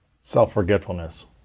Self-forgetfulness